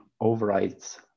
overrides